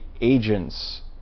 agents